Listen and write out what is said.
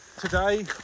Today